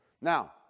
Now